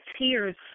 tears